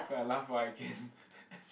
so I laugh while I can